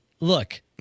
Look